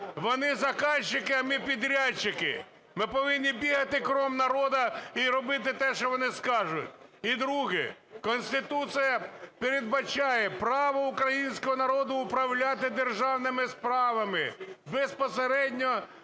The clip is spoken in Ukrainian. Вони замовники, а ми підрядчики. Ми повинні бігати кругом народу і робити те, що вони скажуть. І друге. Конституція передбачає право українського народу управляти державними справами безпосередньо